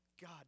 God